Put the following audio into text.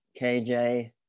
KJ